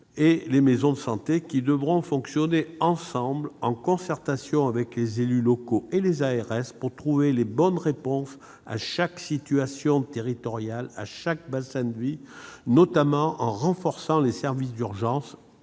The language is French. et les maisons de santé, qui devront fonctionner ensemble, en concertation avec les élus locaux et les ARS, pour trouver les bonnes réponses à chaque situation territoriale, à chaque bassin de vie, notamment en renforçant les services d'urgences